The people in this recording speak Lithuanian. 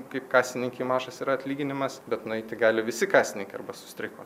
kaip kasininkei mažas yra atlyginimas bet nueiti gali visi kasininkai arba sustreikuot